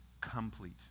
complete